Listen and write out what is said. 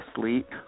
sleep